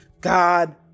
God